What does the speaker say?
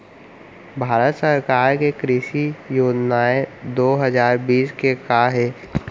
भारत सरकार के कृषि योजनाएं दो हजार बीस के का हे?